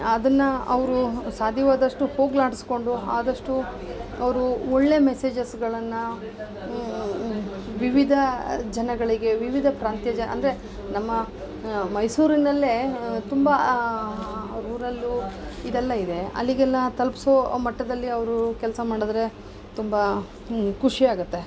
ಅದನ್ನ ಅವರು ಸಾಧ್ಯವಾದಷ್ಟು ಹೋಗಲಾಡಿಸ್ಕೊಂಡು ಆದಷ್ಟು ಅವರು ಒಳ್ಳೆ ಮೆಸೇಜಸ್ಗಳನ್ನು ವಿವಿಧ ಜನಗಳಿಗೆ ವಿವಿಧ ಪ್ರಾಂತ್ಯ ಜ ಅಂದರೆ ನಮ್ಮ ಮೈಸೂರಿನಲ್ಲೇ ತುಂಬ ರೂರಲ್ಲೂ ಇದೆಲ್ಲ ಇದೆ ಅಲ್ಲಿಗೆಲ್ಲ ತಲ್ಪ್ಸೋ ಮಟ್ಟದಲ್ಲಿ ಅವರು ಕೆಲಸ ಮಾಡಿದ್ರೆ ತುಂಬ ಖುಷಿಯಾಗತ್ತೆ